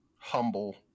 humble